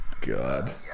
god